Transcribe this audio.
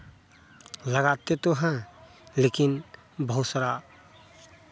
लगाते तो हैं लेकिन बहुत सारा